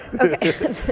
Okay